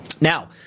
Now